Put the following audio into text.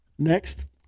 Next